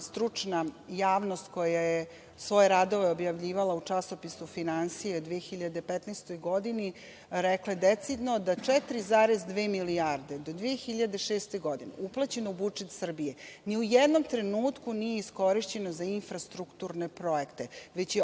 stručna javnost koja je svoje radove objavila u časopisu ''Finansije'' u 2015. godini, rekle decidno da 4,2 milijarde do 2006. godine uplaćeno u budžet Srbije ni u jednom trenutku nije iskorišćeno za infrastrukturne projekte, već je